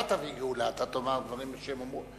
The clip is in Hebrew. אתה תביא גאולה לעולם, אתה תאמר דברים בשם אומרם.